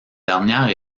dernière